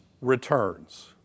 returns